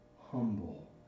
humble